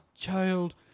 child